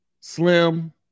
Slim